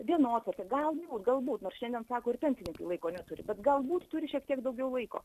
dienotvarkę gal galbūt nors šiandien sako ir pensininkai laiko neturi bet galbūt turi šiek tiek daugiau laiko